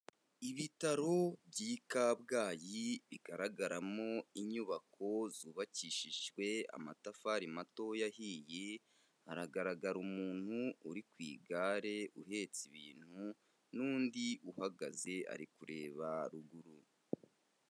Ibitaro by'i Kabgayi bigaragaramo inyubako zubakishijwe amatafari matoya ahiye, haragaragara umuntu uri ku igare uhetse ibintu n'undi uhagaze ari kureba ruguru.